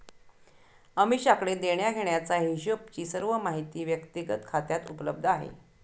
अमीषाकडे देण्याघेण्याचा हिशोबची सर्व माहिती व्यक्तिगत खात्यात उपलब्ध आहे